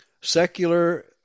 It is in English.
secular